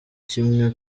kimwe